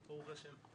ברוך השם.